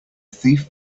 thief